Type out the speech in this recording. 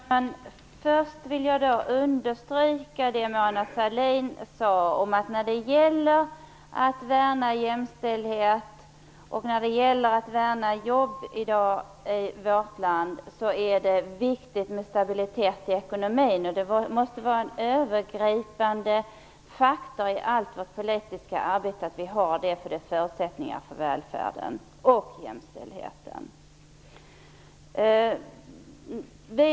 Herr talman! Först vill jag understryka det som Mona Sahlin sade om att när det i dag gäller att i vårt land värna jämställdhet och jobb är det viktigt med stabilitet i ekonomin. Det måste vara en övergripande faktor för oss i allt vårt politiska arbete att vi har det, därför att det är en förutsättning för välfärden och jämställdheten.